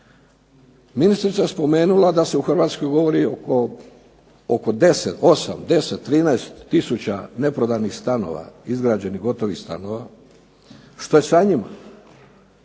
Ministrica je spomenula da se u Hrvatskoj govori oko 8, 10, 13 tisuća neprodanih stanova, izgrađenih gotovih stanova. Što je sa njima?